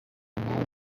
male